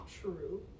True